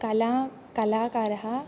कला कलाकारः